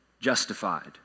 justified